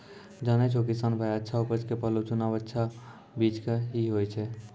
जानै छौ किसान भाय अच्छा उपज के पहलो चुनाव अच्छा बीज के हीं होय छै